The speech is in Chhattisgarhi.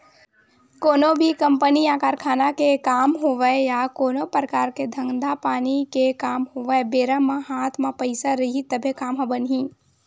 कोनो भी कंपनी या कारखाना के काम होवय या कोनो परकार के धंधा पानी के काम होवय बेरा म हात म पइसा रइही तभे काम ह बनही